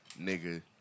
nigga